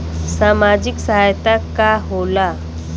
सामाजिक सहायता का होला?